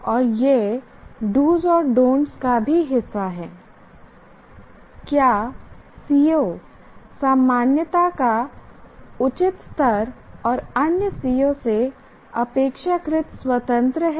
और यह do's do's और डॉनट् don't का भी हिस्सा है क्या CO सामान्यता का उचित स्तर और अन्य CO से अपेक्षाकृत स्वतंत्र है